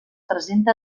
presenta